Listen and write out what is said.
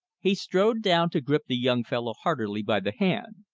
he strode down to grip the young fellow heartily by the hand.